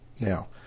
Now